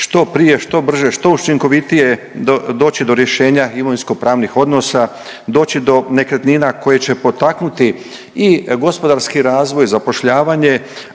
što prije, što brže, što učinkovitije doći do rješenja imovinsko-pravnih odnosa, doći do nekretnina koje će potaknuti i gospodarski razvoj, zapošljavanje,